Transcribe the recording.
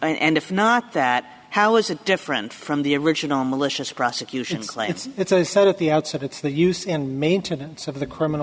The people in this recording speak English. and if not that how is it different from the original malicious prosecution it's it's i said at the outset it's the use and maintenance of the criminal